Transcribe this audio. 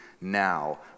now